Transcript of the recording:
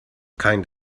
kind